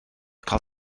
cael